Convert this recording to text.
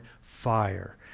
fire